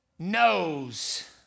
Knows